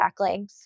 backlinks